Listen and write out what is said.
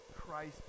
Christ